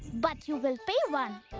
but you will pay one!